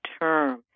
term